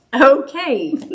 Okay